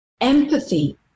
empathy